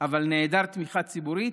חוקי אבל נעדר תמיכה ציבורית,